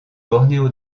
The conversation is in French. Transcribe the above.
bornéo